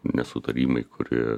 nesutarimai kurie